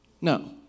No